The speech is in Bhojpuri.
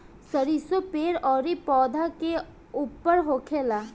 सरीसो पेड़ अउरी पौधा के ऊपर होखेला